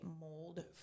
mold